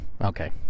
Okay